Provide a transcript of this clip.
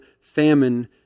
famine